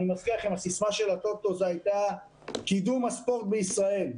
הסיסמא של הטוטו היתה קידום הספורט בישראל.